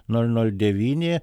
nol nol devyni